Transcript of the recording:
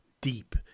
deep